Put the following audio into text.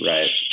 Right